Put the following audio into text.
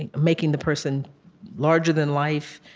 and making the person larger than life,